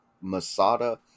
Masada